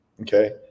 okay